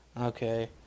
Okay